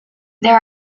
there